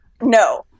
no